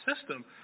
system